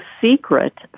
secret